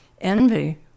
envy